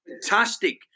fantastic